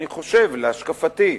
אני חושב, להשקפתי,